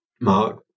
Mark